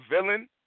villain